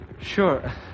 Sure